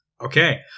Okay